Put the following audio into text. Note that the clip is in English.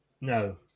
No